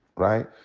right?